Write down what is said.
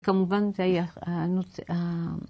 כמובן זה היה נוט...